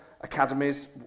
Academies